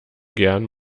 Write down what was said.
gern